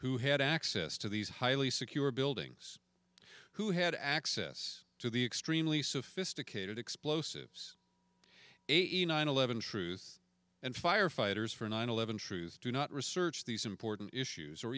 who had access to these highly secure buildings who had access to the extremely sophisticated explosives eighty nine eleven truth and firefighters for nine eleven truth do not research these important issues or